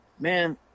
man